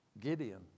Gideon